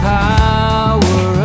power